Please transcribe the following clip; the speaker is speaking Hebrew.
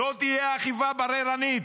לא תהיה אכיפה בררנית,